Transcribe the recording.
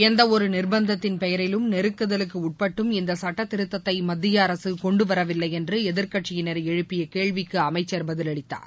எந்த ஒரு நிர்பந்தத்தின் பெயரிலும் நெருக்குதலுக்கு உட்பட்டும் இந்த சட்டத்திருத்தத்தை மத்திய அரசு கொண்டுவரவில்லை என்று எதிர்கட்சியினர் எழுப்பிய கேள்விக்கு அமைச்சர் பதிலளித்தார்